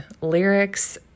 lyrics